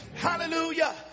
Hallelujah